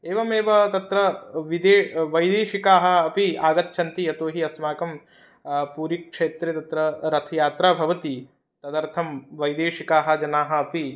एवमेव तत्र विदे वैदेशिकाः अपि आगच्छन्ति यतो हि अस्माकं पुरिक्षेत्रे तत्र रथयात्रा भवति तदर्थं वैदेशिकाः जनाः अपि